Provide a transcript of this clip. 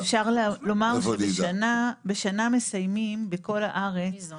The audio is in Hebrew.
אפשר לומר שבשנה מסיימים בכל הארץ -- מי זו?